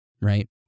right